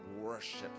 worship